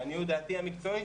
לעניות דעתי המקצועי,